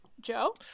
Joe